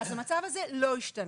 אז המצב הזה לא השתנה.